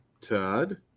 Todd